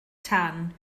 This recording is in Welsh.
tan